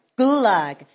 Gulag